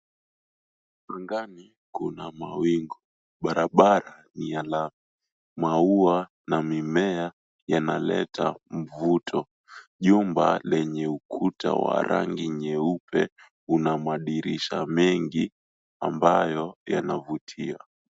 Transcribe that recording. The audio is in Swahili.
Angani, kuna mawingu. Barabara ni ya lami. Maua na mimea yanaleta mvuto. Jumba lenye ukuta wa rangi nyeupe una madirisha mengi ambayo yanavutia.